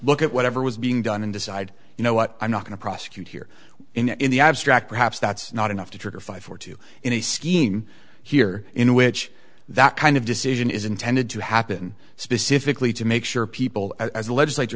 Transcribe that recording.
look at whatever was being done and decide you know what i'm not going to prosecute here in the abstract perhaps that's not enough to trigger five four two in a scheme here in which that kind of decision is intended to happen specifically to make sure people as the legislature